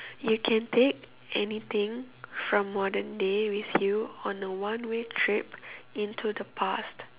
you can take anything from modern day with you on a one way trip into the past